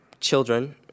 children